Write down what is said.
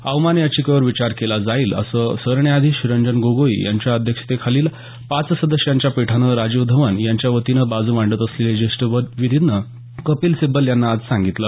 अवमान याचिकेवर विचार केला जाईल असं सरन्यायाधीश रंजन गोगोई यांच्या अध्यक्षतेखालील पाच सदस्यांच्या पीठानं राजीव धवन यांच्या वतीनं बाजू मांडत असलेले ज्येष्ठ विधिज्ज्ञ कपिल सिब्बल यांना आज सांगितलं